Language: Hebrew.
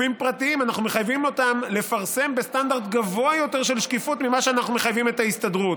לפרסם בסטנדרט גבוה יותר של שקיפות ממה שאנחנו מחייבים את ההסתדרות?